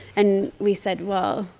and we said, well,